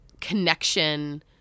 connection